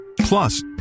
plus